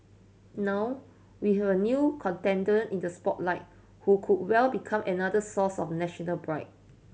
now we have a new contender in the spotlight who could well become another source of national pride